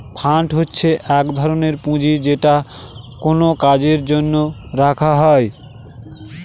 fund হচ্ছে এক ধরনের পুঁজি যেটা কোনো কাজের জন্য রাখা হয়